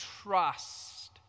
trust